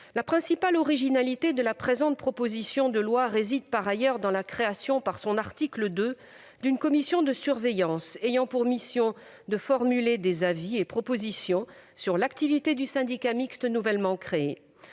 La principale originalité de cette proposition de loi réside dans la création, par son article 2, d'une commission de surveillance ayant pour mission de formuler des avis et propositions sur l'activité du syndicat mixte nouvellement créé.